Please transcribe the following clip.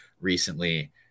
recently